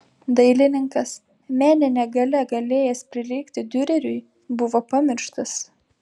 dailininkas menine galia galėjęs prilygti diureriui buvo pamirštas